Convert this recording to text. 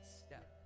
step